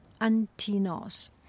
Antinos